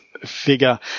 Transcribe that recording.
figure